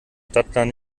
stadtplan